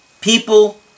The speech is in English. People